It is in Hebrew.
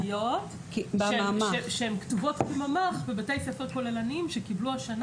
כיתות -- שכתובות כממ"ח בבתי ספר כוללניים שקיבלו השנה